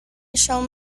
shall